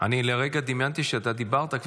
אני לרגע דמיינתי שכבר דיברת,